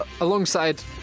Alongside